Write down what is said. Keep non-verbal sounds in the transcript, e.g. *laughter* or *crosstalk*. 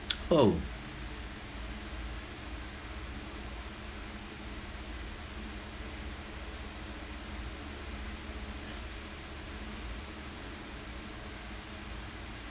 *noise* oh